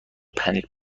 پنیر